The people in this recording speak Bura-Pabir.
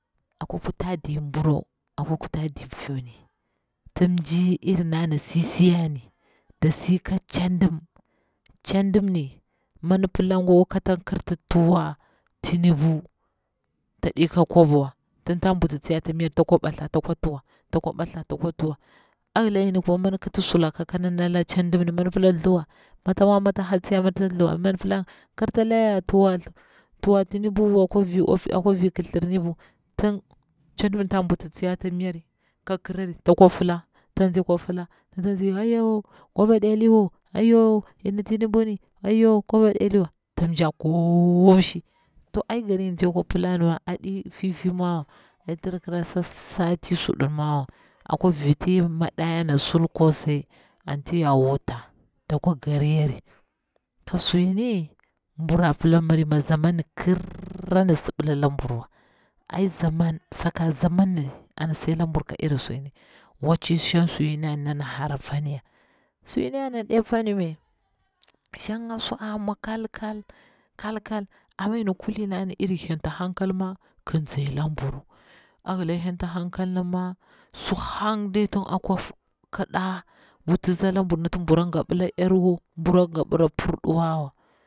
Akwa kuta dir buru akwa kutadir riu ni, tig mji iri nana sisiyarno, dasi ka tchadim, tchadim mi mi, dipila gwa kata kicti tuwa tinubu, taɗi ka kwaba wa, tin ta butu tsiyari ata minyari ta kwa batha takwa tuwa, takwa ba tha, takwa tuwa, abila mi dik kiti sulaka ka naka tchadimmi mi dipila thuwa matak mwa mi tak ha tsiri mi dipik kirta kya tuwa tinubu akwa vir kithir nibu, tin tchadimni ta butu tsiyari ata mnyari ka kirari takea fila, ta tsi akwa file ayyo kwaba aɓe ciwa, ayyo kwaba ɗeliwa ayyo in tinubu ni kwaba ɗeliwa tin mja kumshi, to cigari ngini ti yakwa pile ni ma aɗi fifi mawa aɗi tira suɗi mawa akwa viti madayaru ana sul kosai anti ya wuta ndkwa gari yari, ki su yini bura pila miri mi zamani kirra ni sibila buruwa ai zaman saka zamani an sai la buru ke irin su ngini, wacci nshang su ngini yarni dana hara panya, suyi niyani aɗe pan men nshanga su a mwa kalkal kalkal ama yini kulina ni iri thlanti hankal ma ki tsi laburu, a hila henta hankal ni ma su ɓang de ti a kwa ƙida wuti tsi ala buru, nati bura ngabila larawa.